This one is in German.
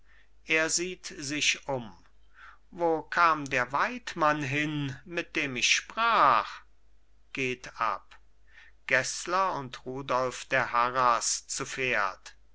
er sieht sich um wo kam der weidmann hin mit dem ich sprach geht ab gessler und rudolf der harras zu pferd